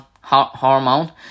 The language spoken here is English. hormone